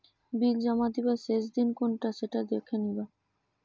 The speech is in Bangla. বিল জমা দিবার শেষ দিন কোনটা সেটা দেখে নিবা